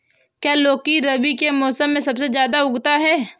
क्या लौकी रबी के मौसम में सबसे अच्छा उगता है?